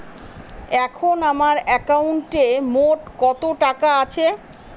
এখন আমার একাউন্টে মোট কত টাকা আছে?